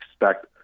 expect